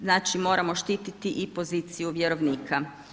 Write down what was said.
Znači moramo štiti i poziciju vjerovnika.